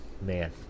man